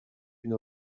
une